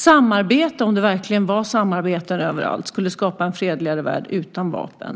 Samarbete - om det nu verkligen var samarbete överallt - skulle skapa en fredligare värld utan vapen.